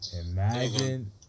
Imagine